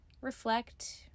reflect